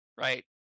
right